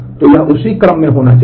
तो यह उसी क्रम में होना चाहिए